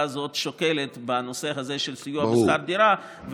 הזאת שוקלת בנושא הזה של סיוע בשכר דירה,